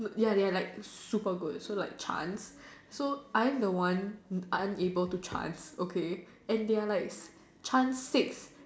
ya they are like super good so like chant so I'm the one unable to chant okay and they are like chant six